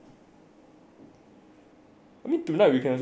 I mean tonight we can also do ah